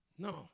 No